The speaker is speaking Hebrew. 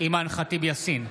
אימאן ח'טיב יאסין,